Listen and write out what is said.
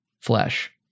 flesh